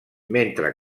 mentre